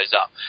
up